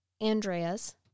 Andrea's